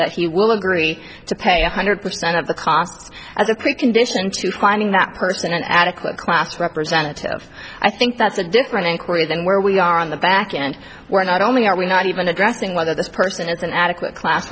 that he will agree to pay one hundred percent of the costs as a precondition to finding that person an adequate class representative i think that's a different inquiry than where we are on the back and we're not only are we not even addressing whether this person is an adequate class